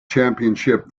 championship